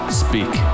speak